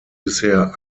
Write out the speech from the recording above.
bisher